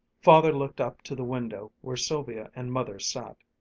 father looked up to the window where sylvia and mother sat,